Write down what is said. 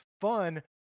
fun